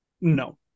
No